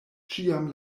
ĉiam